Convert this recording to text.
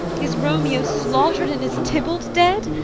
is romeo slaughter'd, and is tybalt dead?